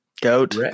goat